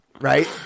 Right